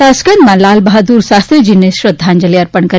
તાશ્કંદમાં લાલબહાદુર શાસ્ત્રીજીને શ્રદ્ધાંજલી અર્પણ કરી